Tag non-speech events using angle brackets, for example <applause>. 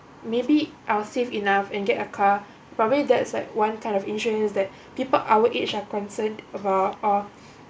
maybe I'll save enough and get a car probably that's like one kind of insurance that <breath> people our age are concerned about or